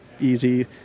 easy